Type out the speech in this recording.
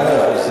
מאה אחוז.